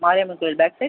மாரியம்மன் கோயில் back side